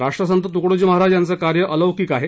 राष्ट्रसंत तुकडोजी महाराज यांचं कार्य अलौकिक आहे